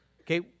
Okay